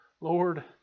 Lord